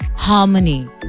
Harmony